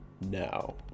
Now